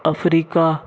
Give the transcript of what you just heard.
Africa